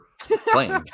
playing